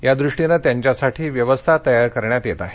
यादृष्टिनं त्यांच्यासाठी व्यवस्था तयार करण्यात येत आहेत